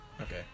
Okay